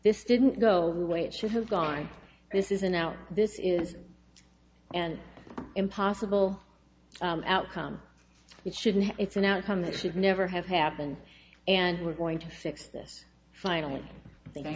this didn't go the way it should have gone this is a now this is an impossible outcome it shouldn't it's an outcome that should never have happened and we're going to fix this finally i think